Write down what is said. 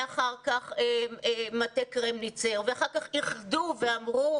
ואחר כך מטה קרמניצר ואחר כך איחדו ואמרו